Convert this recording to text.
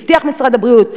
הבטיח משרד הבריאות,